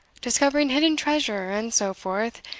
discovering hidden treasure, and so forth,